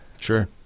Sure